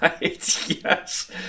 Yes